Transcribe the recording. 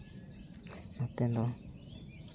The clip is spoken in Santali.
ᱱᱚᱛᱮ ᱫᱚ